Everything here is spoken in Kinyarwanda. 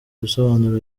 ibisobanuro